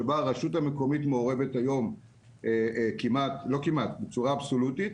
שבה הרשות המקומית מעורבת היום בצורה אבסולוטית,